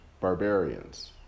barbarians